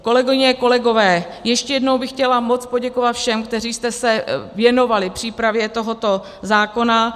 Kolegyně, kolegové, ještě jednou bych chtěla moc poděkovat všem, kteří jste se věnovali přípravě tohoto zákona.